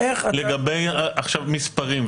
לגבי מספרים,